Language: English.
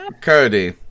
Cody